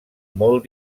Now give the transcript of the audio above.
molt